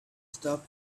stop